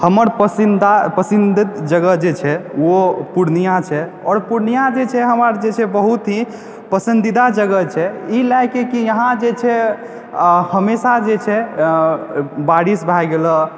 हमर पसन्दीदा पसन्दीदा जगह जे छै ओ पूर्णिया छै आओर पूर्णिया जे छै हमर जे छै बहुत ही पसन्दीदा जगह छै ई लैकऽ कि यहाँ जे छै हमेशा जे छै आयँ बारिश भए गेल